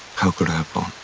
how could i have gone